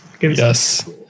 Yes